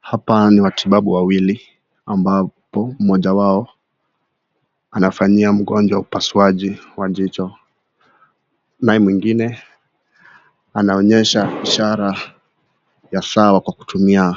Hapa ni watibabu wawili ambapo mmoja wao anafanyia mgonjwa upasuaji wa jicho naye mwingine anaonyesha ishara ya sawa kwa kutumia